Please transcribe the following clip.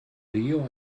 leo